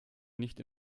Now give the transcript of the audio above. nicht